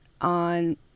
on